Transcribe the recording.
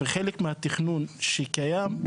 וחלק מהתכנון שקיים,